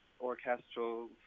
orchestral